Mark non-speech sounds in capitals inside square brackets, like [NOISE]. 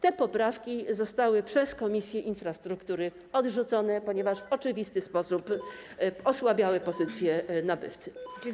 Te poprawki zostały przez Komisję Infrastruktury odrzucone, [NOISE] ponieważ w oczywisty sposób osłabiały pozycję nabywcy.